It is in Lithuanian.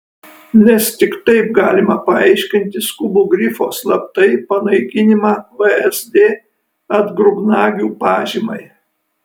nes tik taip galima paaiškinti skubų grifo slaptai panaikinimą vsd atgrubnagių pažymai